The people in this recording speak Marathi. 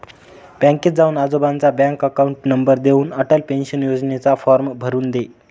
बँकेत जाऊन आजोबांचा बँक अकाउंट नंबर देऊन, अटल पेन्शन योजनेचा फॉर्म भरून दे